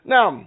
Now